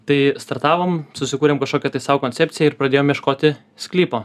tai startavom susikūrėm kažkokią tai sau koncepciją ir pradėjom ieškoti sklypo